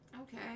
Okay